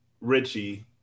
Richie